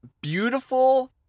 beautiful